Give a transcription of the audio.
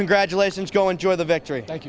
congratulations go enjoy the victory thank